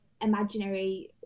imaginary